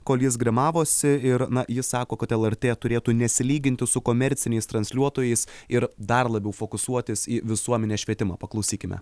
kol jis grimavosi ir na jis sako kad lrt turėtų nesilyginti su komerciniais transliuotojais ir dar labiau fokusuotis į visuomenės švietimą paklausykime